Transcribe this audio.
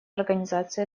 организацию